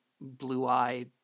blue-eyed